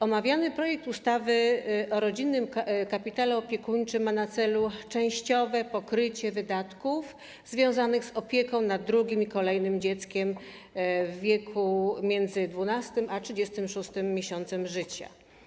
Omawiany projekt ustawy o rodzinnym kapitale opiekuńczym ma na celu częściowe pokrycie wydatków związanych z opieką nad drugim i kolejnym dzieckiem w wieku między 12. a 36. miesiącem życia.